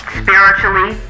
spiritually